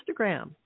Instagram